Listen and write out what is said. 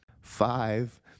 five